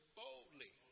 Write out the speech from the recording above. boldly